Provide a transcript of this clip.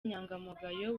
inyangamugayo